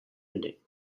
ending